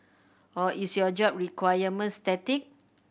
or is your job requirement static